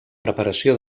preparació